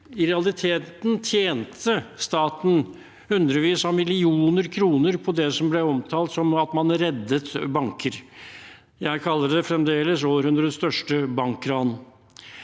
I realiteten tjente staten hundrevis av millioner kroner på det som ble omtalt som at man reddet banker. Jeg kaller det fremdeles århundrets største bankran.